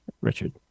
Richard